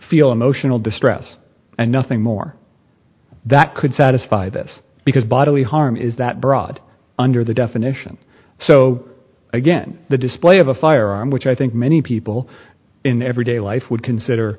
feel emotional distress and nothing more that could satisfy this because bodily harm is that broad under the definition so again the display of a firearm which i think many people in everyday life would consider